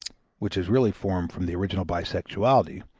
which is really formed from the original bisexuality,